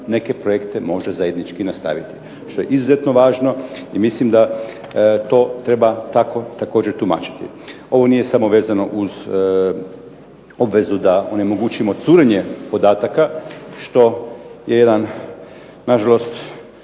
neke projekte možda zajednički nastaviti. Što je izuzetno važno i mislim da to treba također tako tumačiti. Ovo nije samo vezano uz obvezu da onemogućimo curenje podataka, što je jedan na žalost,